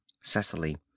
cecily